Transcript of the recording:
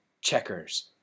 checkers